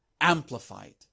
amplified